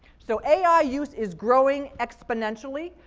so ai use is growing exponentially.